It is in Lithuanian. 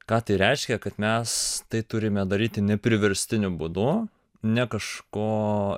ką tai reiškia kad mes tai turime daryti ne priverstiniu būdu ne kažko